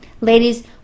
ladies